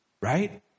right